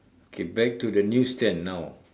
okay back to the news stand now